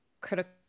critical